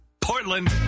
Portland